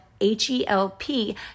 h-e-l-p